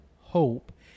Hope